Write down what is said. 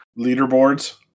Leaderboards